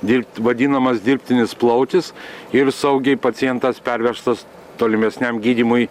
dirbt vadinamas dirbtinis plautis ir saugiai pacientas pervežtas tolimesniam gydymui